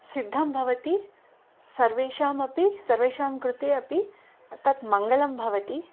सिद्धं भवति सर्वेषामपि सर्वेषां कृते अपि तत् मङ्गलं भवति